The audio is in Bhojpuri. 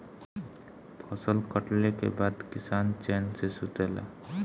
फसल कटले के बाद किसान चैन से सुतेला